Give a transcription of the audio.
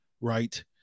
right